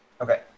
Okay